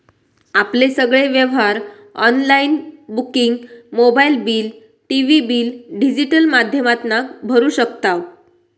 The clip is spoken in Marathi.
आपले सगळे व्यवहार online booking mobile bill, TV bill digital माध्यमातना भरू शकताव